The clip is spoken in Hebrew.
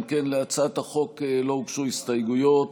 להצעת החוק לא הוגשו הסתייגויות